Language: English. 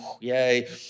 yay